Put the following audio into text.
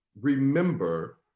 remember